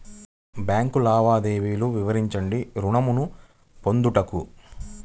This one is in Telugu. బ్యాంకు లావాదేవీలు వివరించండి ఋణము పొందుటకు?